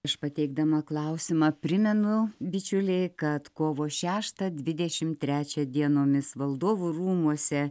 prieš pateikdama klausimą primenu bičiulei kad kovo šeštą dvidešimt trečią dienomis valdovų rūmuose